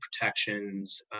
protections